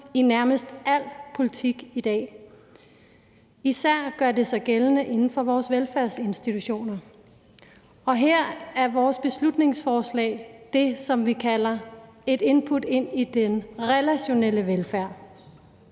i nærmest al politik i dag – især gør det sig gældende inden for vores velfærdsinstitutioner. Her er vores beslutningsforslag det, som vi kalder et input i den relationelle velfærd.